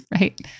right